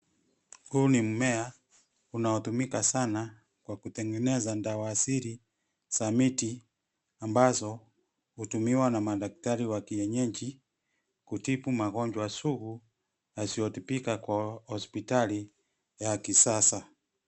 Huu ni mmea unaotumika sana kwa kutengeneza dawa asili za miti ambazo hutumiwa na madaktari wa kienyeji kutibu magonjwa sugu yasiyotibika kwa hospitali ya kisasa.